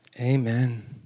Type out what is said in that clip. Amen